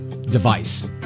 device